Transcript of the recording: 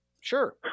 sure